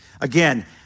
Again